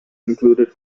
included